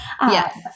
yes